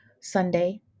Sunday